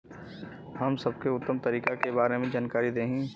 हम सबके उत्तम तरीका के बारे में जानकारी देही?